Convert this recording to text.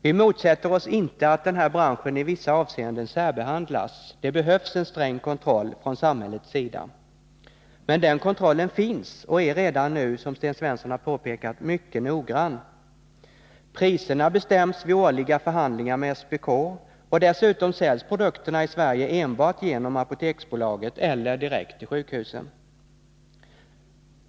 Vi motsätter oss inte att den här branschen i vissa avseenden särbehandlas. Det behövs en sträng kontroll från samhällets sida. Men den kontrollen finns och är — som Sten Svensson påpekade — redan nu mycket noggrann. Och priserna bestäms vid årliga förhandlingar med SPK. Dessutom säljs produkterna i Sverige enbart genom Apoteksbolaget eller direkt till sjukhusen.